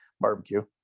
barbecue